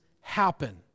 happen